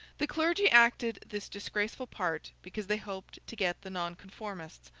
the clergy acted this disgraceful part because they hoped to get the nonconformists,